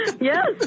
Yes